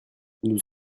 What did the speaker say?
nous